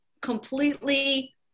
completely